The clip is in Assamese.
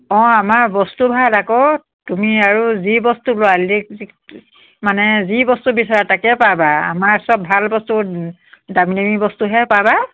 অঁ আমাৰ বস্তু ভাল আকৌ তুমি আৰু যি বস্তু লোৱা লি মানে বস্তু বিচাৰা তাকে পাবা আমাৰ চব ভাল বস্তু দামী দামী বস্তুহে পাবা